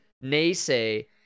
naysay